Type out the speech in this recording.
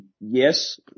yes